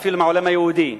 אפילו מהעולם היהודי,